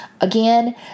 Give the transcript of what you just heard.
Again